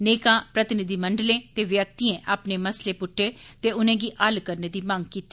नेकां प्रतिनिधिमंडलें ते व्यक्तिएं अपने मसले पुट्टे ते उनेंगी हल्ल करने दी मंग कीती